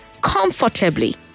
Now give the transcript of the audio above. comfortably